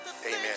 Amen